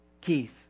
Keith